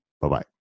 Bye-bye